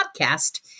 podcast